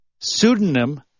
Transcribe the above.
pseudonym